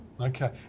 Okay